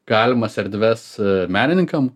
galimas erdves menininkam